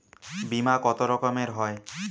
বিমা কত রকমের হয়?